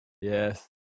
Yes